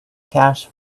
cash